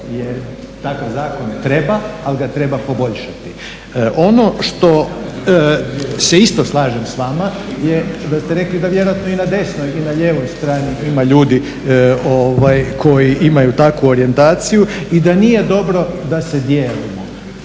jer takav zakon treba ali ga treba poboljšati. Ono što se isto slažem s vama, da ste rekli da vjerojatno i na desnoj i na lijevoj strani ima ljudi koji imaju takvu orijentaciju i da nije dobro da se dijelimo